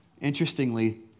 Interestingly